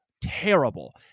Terrible